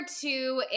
two